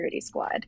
squad